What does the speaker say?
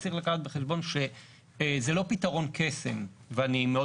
רק צריך לקחת בחשבון שזה לא פתרון קסם ואני מאוד